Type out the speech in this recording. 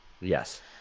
yes